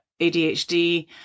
ADHD